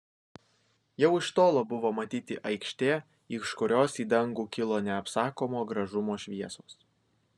jau iš tolo buvo matyti aikštė iš kurios į dangų kilo neapsakomo gražumo šviesos